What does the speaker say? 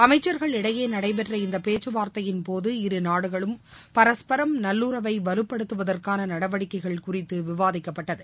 அமைச்சர்களிடையே நடைபெற்ற இந்தப் பேச்சுவார்த்தையின்போது இருநாடுகளும் பரஸ்பரம் நல்லுறவை வலுப்படுத்துவதற்கான நடவடிக்கைகள் குறித்து விவாதிக்கப்பட்டது